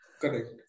correct